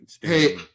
Hey